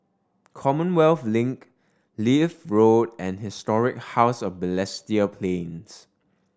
Commonwealth Link Leith Road and Historic House of Balestier Plains